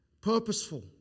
purposeful